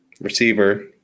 Receiver